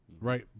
right